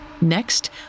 Next